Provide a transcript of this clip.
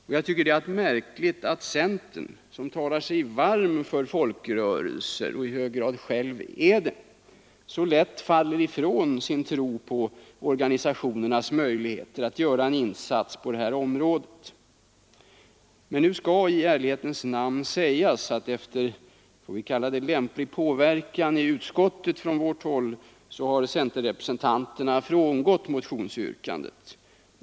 Det är märkligt att centern, som talar sig varm för folkrörelser, så lätt faller ifrån sin tro på organisationernas möjligheter att göra en insats på detta område. Nu skall i ärlighetens namn sägas att efter lämplig påverkan i utskottet från vårt håll har centerrepresentanterna frångått motionsyrkandet.